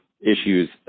issues